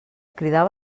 cridava